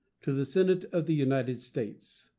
to the senate of the united states